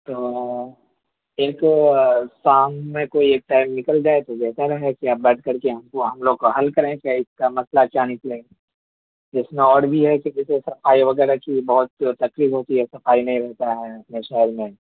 تو ایک شام میں کوئی ایک ٹائم نکل جائے تو بہتر ہے کہ آپ بیٹھ کرکے ہم کو ہم لوگ کا حل کریں کہ اس کا مسٔلہ کیا نکلے اس میں اور بھی ہے کہ جیسے صفائی وغیرہ کی بہت تکلیف ہوتی ہے صفائی نہیں ہوتا ہے اس میں شہر میں